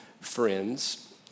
friends